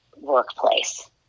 workplace